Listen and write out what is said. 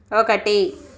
ఒకటి